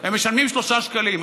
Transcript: הם משלמים 3 שקלים.